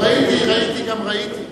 ראיתי גם ראיתי,